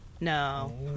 no